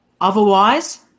Otherwise